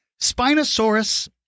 Spinosaurus